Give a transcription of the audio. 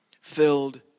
filled